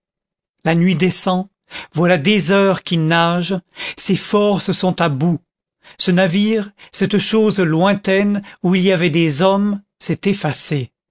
la nuit descend voilà des heures qu'il nage ses forces sont à bout ce navire cette chose lointaine où il y avait des hommes s'est effacé